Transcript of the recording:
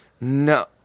no